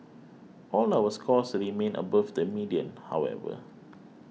all our scores remain above the median however